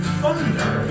thunder